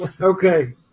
Okay